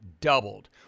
doubled